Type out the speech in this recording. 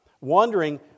Wondering